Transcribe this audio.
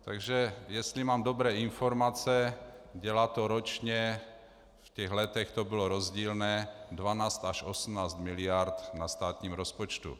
Takže jestli mám dobré informace, dělá to ročně, v letech to bylo rozdílné, 12 až 18 miliard na státním rozpočtu.